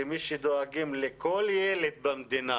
כמי שדואגים לכל ילד במדינה